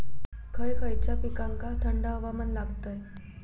खय खयच्या पिकांका थंड हवामान लागतं?